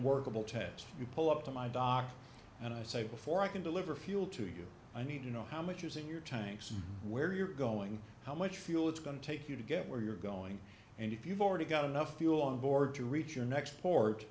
unworkable task you pull up to my dock and i say before i can deliver fuel to you i need to know how much is in your tanks and where you're going how much fuel it's going to take you to get where you're going and if you've already got enough fuel on board to reach your next port